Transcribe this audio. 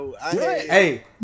Hey